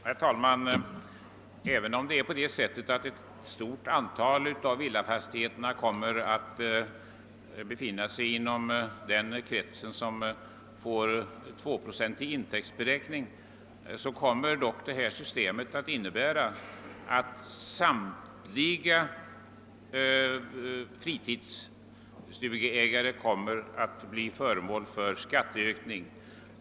Herr talman! Även om ett stort antal villafastigheter kommer att befinna sig bland dem som får tvåprocentig intäktsberäkning kommer dock detta system att innebära att samtliga fritidsstugeägare kommer att bli föremål för skatteökning.